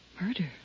Murder